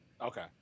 Okay